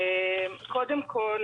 קודם כל,